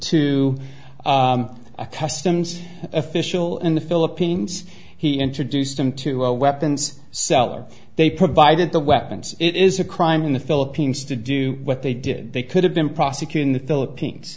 a customs official in the philippines he introduced them to a weapons seller they provided the weapons it is a crime in the philippines to do what they did they could have been prosecuting the philippines